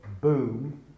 boom